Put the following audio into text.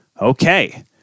Okay